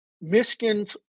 Michigan's